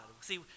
See